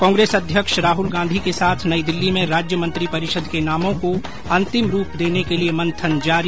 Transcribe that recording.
कांग्रेस अध्यक्ष राहुल गांधी के साथ नई दिल्ली में राज्य मंत्रिपरिषद के सदस्यों के नामों को अंतिम रूप देने के लिए मंथन जारी